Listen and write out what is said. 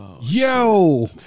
yo